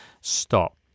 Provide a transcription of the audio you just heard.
stop